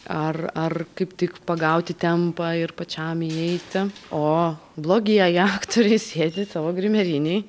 ar ar kaip tik pagauti tempą ir pačiam įeiti o blogieji aktoriai sėdi savo grimerinėj